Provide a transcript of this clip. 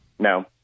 No